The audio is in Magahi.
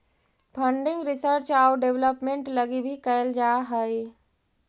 फंडिंग रिसर्च आउ डेवलपमेंट लगी भी कैल जा हई